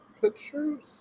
pictures